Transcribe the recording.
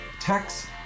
text